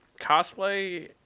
cosplay